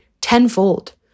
tenfold